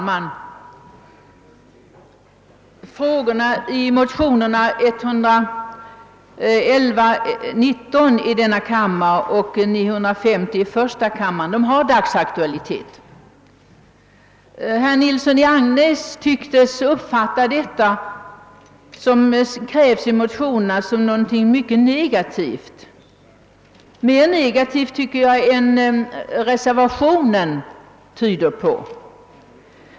Herr talman! De frågor som tas upp i motionerna 1:950 och II:1119 har dagsaktualitet. Herr Nilsson i Agnäs tycks uppfatta motionernas krav som någonting mycket negativt, någonting mer negativt, tycker jag, än reservationen tyder på.